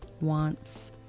wants